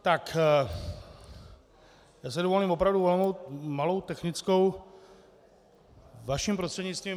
Já si dovolím opravdu malou technickou vaším prostřednictvím.